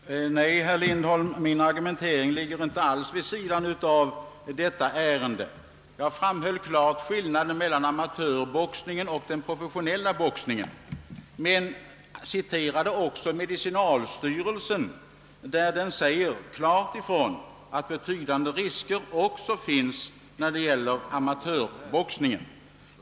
Herr talman! Nej, herr Lindholm, min argumentering ligger inte alls vid sidan av detta ärende. Jag framhöll klart skillnaden mellan amatörboxningen och den professionella boxningen men citerade också medicinalstyrelsen, som klart säger ifrån att betydande risker även finns när det gäller amatörboxningen.